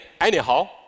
anyhow